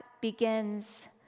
begins